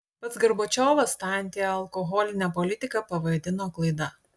pats gorbačiovas tą antialkoholinę politiką pavadino klaida